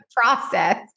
process